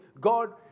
God